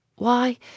Why